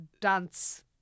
dance